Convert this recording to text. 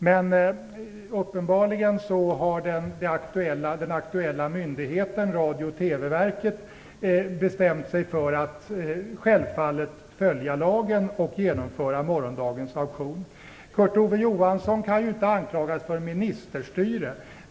Men uppenbarligen har den akutella myndigheten, Radio och TV-verket, bestämt sig för att självfallet följa lagen och genomföra morgondagens auktion. Kurt Ove Johansson kan ju inte anklagas för ministerstyre.